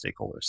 stakeholders